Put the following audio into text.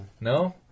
No